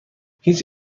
هیچ